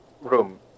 room